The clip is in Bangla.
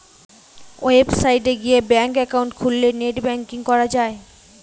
ওয়েবসাইট গিয়ে ব্যাঙ্ক একাউন্ট খুললে নেট ব্যাঙ্কিং করা যায়